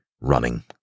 running